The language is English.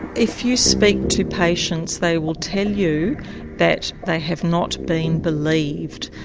if you speak to patients they will tell you that they have not been believed.